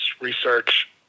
research